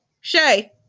Shay